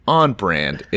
on-brand